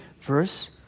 verse